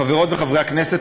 חברות וחברי הכנסת,